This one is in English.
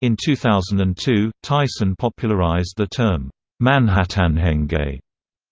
in two thousand and two, tyson popularized the term manhattanhenge manhattanhenge